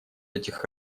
этих